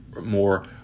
more